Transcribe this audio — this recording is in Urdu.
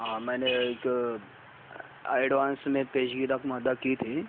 ہاں میں نے ایک ایڈوانس میں پیشگی رقم ادا کی تھی